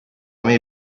may